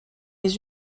les